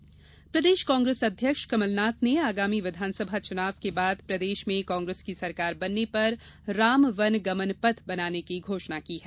कमलनाथ प्रदेश कांग्रेस अध्यक्ष कमलनाथ ने आगामी विधानसभा चुनाव के बाद प्रदेश में कांग्रेस की सरकार बनने पर राम वन गमन पथ बनाने की घोषणा की है